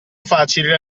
facile